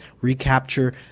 recapture